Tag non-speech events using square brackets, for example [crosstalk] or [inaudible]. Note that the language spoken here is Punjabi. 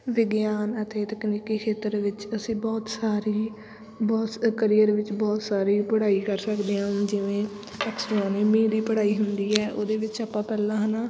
ਵਿਗਿਆਨ ਅਤੇ ਤਕਨੀਕੀ ਖੇਤਰ ਵਿੱਚ ਅਸੀਂ ਬਹੁਤ ਸਾਰੀ ਬਹੁਤ ਅਕਰੀਅਰ ਵਿੱਚ ਬਹੁਤ ਸਾਰੀ ਪੜ੍ਹਾਈ ਕਰ ਸਕਦੇ ਹਾਂ ਜਿਵੇਂ [unintelligible] ਦੀ ਪੜ੍ਹਾਈ ਹੁੰਦੀ ਹੈ ਉਹਦੇ ਵਿੱਚ ਆਪਾਂ ਪਹਿਲਾਂ ਹੈ ਨਾ